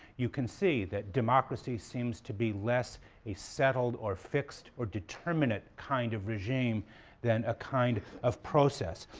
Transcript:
you can see that democracy seems to be less a settled or fixed or determinate kind of regime than a kind of process.